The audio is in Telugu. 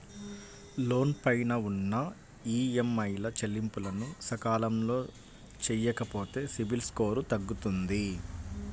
లోను పైన ఉన్న ఈఎంఐల చెల్లింపులను సకాలంలో చెయ్యకపోతే సిబిల్ స్కోరు తగ్గుతుంది